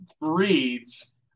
breeds